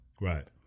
Right